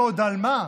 ועוד על מה?